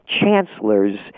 chancellors